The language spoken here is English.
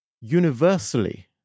universally